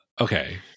Okay